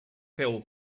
fell